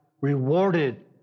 rewarded